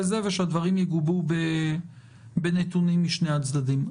זה ושהדברים יגובו בנתונים משני הצדדים.